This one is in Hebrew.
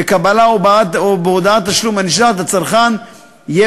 בקבלה או בהודעת תשלום הנשלחת לצרכן יהיה